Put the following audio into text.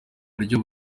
buryo